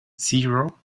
zero